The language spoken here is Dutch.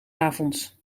avonds